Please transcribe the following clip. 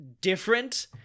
different